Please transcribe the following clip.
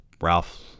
Ralph